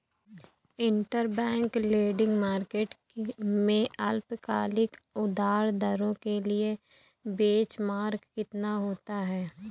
Interbank lending market में अल्पकालिक उधार दरों के लिए बेंचमार्क कितना होता है?